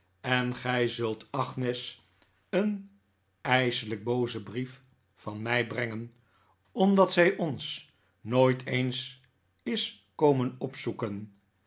en gij zult agnes een ijselijk boozen brief van mij brengen omdat zij ons nooit eens is komen opzoe